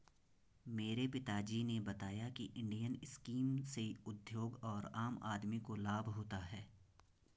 मेरे पिता जी ने बताया की इंडियन स्कीम से उद्योग और आम आदमी को लाभ होता है